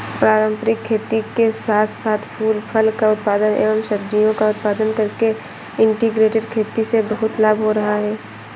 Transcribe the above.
पारंपरिक खेती के साथ साथ फूल फल का उत्पादन एवं सब्जियों का उत्पादन करके इंटीग्रेटेड खेती से बहुत लाभ हो रहा है